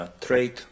trade